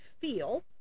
feel